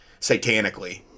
satanically